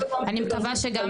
אני מקווה שגם